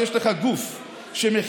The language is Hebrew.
שיש לך גוף שכולל נשים